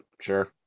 sure